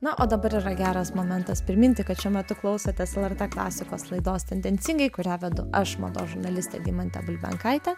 na o dabar yra geras momentas priminti kad šiuo metu klausotės lrt klasikos laidos tendencingai kurią vedu aš mados žurnalistė deimantė bulbenkaitė